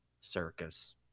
circus